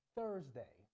Thursday